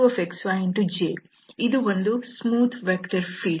FF1xyiF2xyj ಇದು ಒಂದು smooth vector field